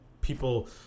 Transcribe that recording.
people